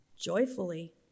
joyfully